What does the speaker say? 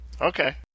Okay